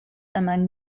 among